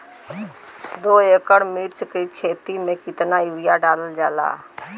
दो एकड़ मिर्च की खेती में कितना यूरिया डालल जाला?